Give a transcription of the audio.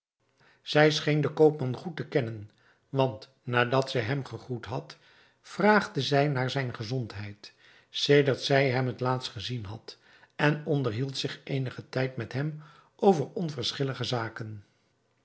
zij scheen den koopman goed te kennen want nadat zij hem gegroet had vraagde zij naar zijne gezondheid sedert zij hem het laatst gezien had en onderhield zich eenigen tijd met hem over onverschillige zaken